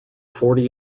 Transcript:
forty